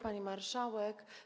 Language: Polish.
Pani Marszałek!